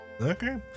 Okay